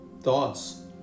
Thoughts